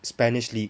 spanish league